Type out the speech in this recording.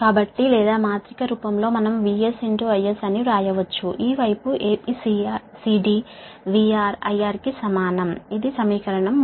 కాబట్టి లేదా మాత్రిక రూపంలో మనం VS IS అని వ్రాయవచ్చు ఈ వైపు A B C D VR IR కి సమానం ఇది సమీకరణం 3